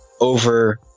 over